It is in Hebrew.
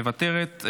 מוותרת,